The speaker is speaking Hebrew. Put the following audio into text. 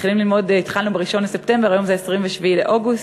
התחלנו ללמוד ב-1 בספטמבר, היום ב-27 באוגוסט.